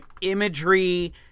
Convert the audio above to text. imagery